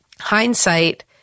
hindsight